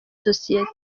sosiyete